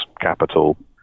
capital